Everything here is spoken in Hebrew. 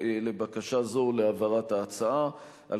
לבקשה זו להעברת ההצעה לוועדת המדע והטכנולוגיה.